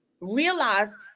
realize